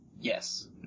Yes